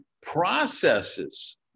processes